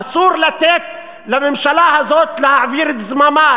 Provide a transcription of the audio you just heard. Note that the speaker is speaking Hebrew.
אסור לתת לממשלה הזאת להעביר את זממה,